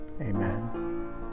amen